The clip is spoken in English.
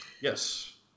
Yes